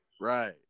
Right